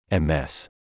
MS